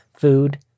food